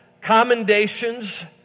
commendations